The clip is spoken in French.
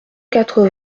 quatre